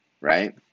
right